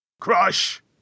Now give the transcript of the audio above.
Crush